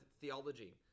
theology